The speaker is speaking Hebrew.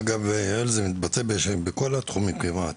אגב יעל, זה מתבטא בכל התחומים כמעט.